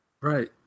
Right